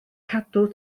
cadw